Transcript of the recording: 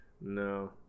No